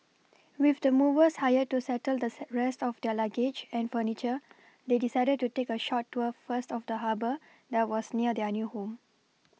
with the movers hired to settle the set rest of their luggage and furniture they decided to take a short tour first of the Harbour that was near their new home